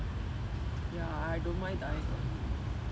ya I don't mind dying early